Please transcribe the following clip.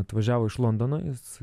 atvažiavo iš londono jis